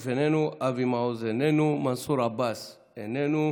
איננו, אבי מעוז, איננו, מנסור עבאס, איננו,